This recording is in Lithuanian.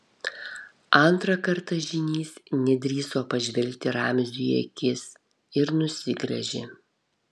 antrą kartą žynys nedrįso pažvelgti ramziui į akis ir nusigręžė